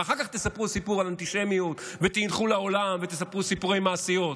ואחר כך תספרו סיפור על אנטישמיות ותלכו לעולם ותספרו סיפורי מעשיות.